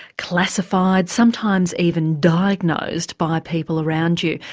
classified, sometimes even diagnosed by people around you.